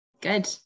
Good